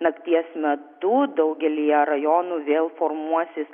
nakties metu daugelyje rajonų vėl formuosis